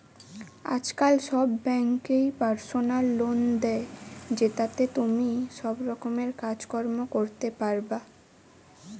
আজকাল সব বেঙ্কই পার্সোনাল লোন দে, জেতাতে তুমি সব রকমের কাজ কর্ম করতে পারবা